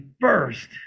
first